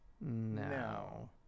No